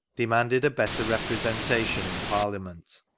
demanded a better repi esentation in parlia ment.